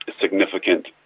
significant